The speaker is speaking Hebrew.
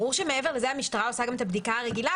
ברור שמעבר לזה המשטרה גם עושה את הבדיקה הרגילה,